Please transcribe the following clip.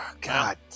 God